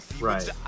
Right